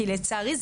כי לצערי,